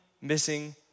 missing